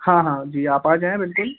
हाँ हाँ जी आप आ जाएँ बिलकुल